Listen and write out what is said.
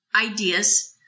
ideas